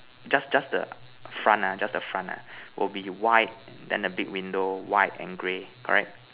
just just the front ah just the front ah will be white then the big window white and grey correct